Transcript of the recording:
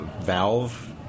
valve